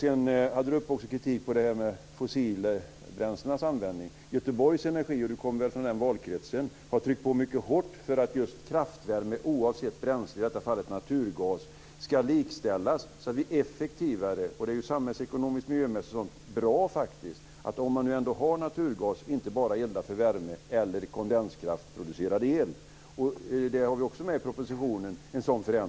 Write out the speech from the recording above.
Eva Flyborg tog också upp kritiken mot användning av fossilbränslen. Göteborg Energi har tryckt på mycket hårt för att just kraftvärme oavsett bränsle, i detta fall naturgas, ska likställas så att det blir effektivare. Eva Flyborg kommer väl från den valkretsen. Det är samhällsekonomiskt och miljömässigt bra om man nu ändå har naturgas att inte bara elda för värme eller kondenskraftproducerad el. En sådan förändring har vi också med i propositionen.